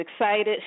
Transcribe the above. excited